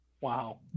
Wow